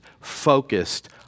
focused